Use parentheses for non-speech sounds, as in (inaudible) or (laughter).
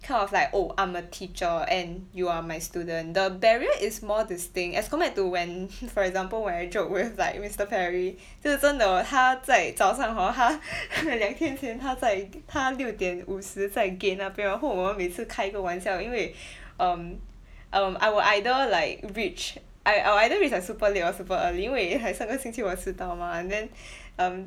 kind of like oh I'm a teacher and you are my student the barrier is more distinct as compared to when (breath) for example when I joke with like mister Perry (breath) 就是真的他在早上 hor 他 (breath) 两天前他在 ga~ 他六点五十在 gate 那边然后我们每次开一个玩笑因为 (breath) um (breath) um I will either like reach I I will either reach like super late or super early 因为 !hais! 上个星期我迟到 mah and then (breath) um